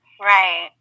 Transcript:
Right